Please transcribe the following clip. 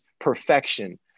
perfection